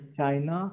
China